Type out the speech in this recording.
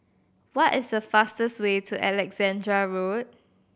what is the fastest way to Alexandra Road